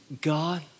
God